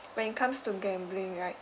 when it comes to gambling right